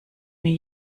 mir